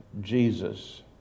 Jesus